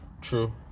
True